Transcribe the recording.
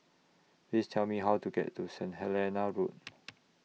Please Tell Me How to get to Saint Helena Road